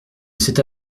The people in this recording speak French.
cette